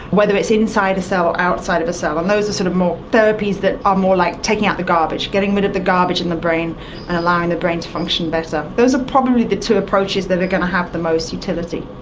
whether it's inside a cell, outside of a cell, and those are sort of therapies that are more like taking out the garbage, getting rid of the garbage in the brain and allowing the brain to function better. those are probably the two approaches that are going to have the most utility.